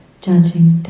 judging